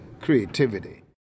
creativity